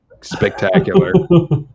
spectacular